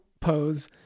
pose